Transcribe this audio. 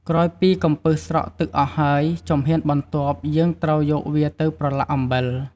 ក្រោយពីកំពឹសស្រក់ទឹកអស់ហើយ ជំហានបន្ទាប់ យើងត្រូវយកវាទៅប្រឡាក់អំបិល។